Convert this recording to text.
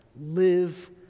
live